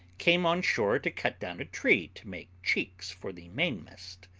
came on shore to cut down a tree to make cheeks for the mainmast,